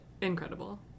incredible